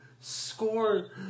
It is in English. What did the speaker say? score